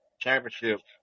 championship